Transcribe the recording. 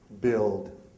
build